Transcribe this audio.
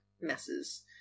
messes